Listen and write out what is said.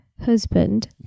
husband